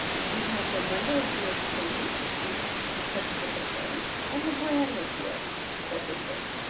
we have the number of beers per week each participant drinks and the brand of beer that they drink.